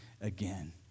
again